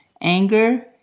anger